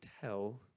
tell